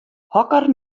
hokker